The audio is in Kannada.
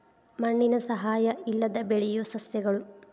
ಮಣ್ಣಿನ ಸಹಾಯಾ ಇಲ್ಲದ ಬೆಳಿಯು ಸಸ್ಯಗಳು